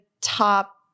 top